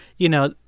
you know,